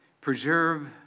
preserve